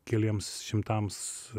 keliems šimtams